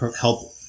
help